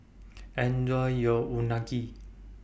Enjoy your Unagi